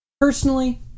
personally